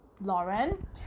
Lauren